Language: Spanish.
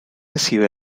recibe